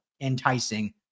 enticing